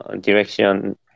direction